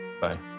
Bye